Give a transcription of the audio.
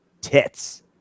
tits